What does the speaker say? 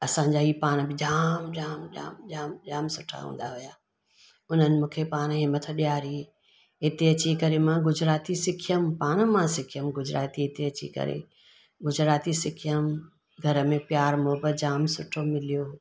असांजा ई पाणि बि जाम जाम जाम जाम सुठा हूंदा हुया उन्हनि मूंखे पाणेई हिमत ॾियारी हिते अची करे मां गुजराती सिखियमि पाण मां सिखियमि गुजराती हिते अची करे गुजराती सिखियमि घर में प्यार मोहबत जाम सुठो मिलियो